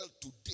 today